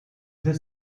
the